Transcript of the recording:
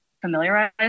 familiarize